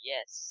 Yes